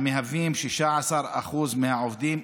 שהם 16% מהעובדים,